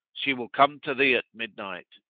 she will come to thee at midnight.